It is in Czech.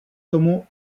tomu